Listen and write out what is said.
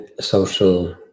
social